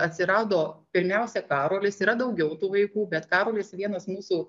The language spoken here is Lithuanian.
atsirado pirmiausia karolis yra daugiau tų vaikų bet karolis vienas mūsų